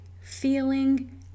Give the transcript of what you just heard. feeling